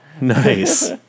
Nice